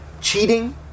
cheating